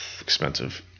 expensive